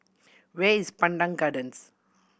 where is Pandan Gardens